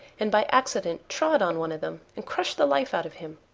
and by accident trod on one of them and crushed the life out of him.